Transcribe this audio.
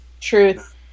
Truth